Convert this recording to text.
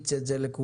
ונפיץ את זה לכולם.